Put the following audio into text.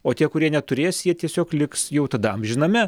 o tie kurie neturės jie tiesiog liks jau tada amžiname